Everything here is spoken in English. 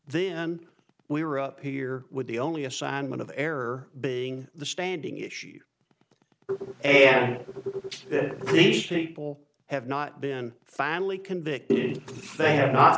then we were up here with the only assignment of error being the standing issue which these people have not been finally convicted they have not